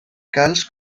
calç